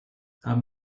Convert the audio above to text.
haben